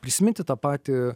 prisiminti tą patį